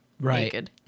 Right